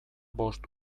bost